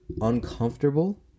uncomfortable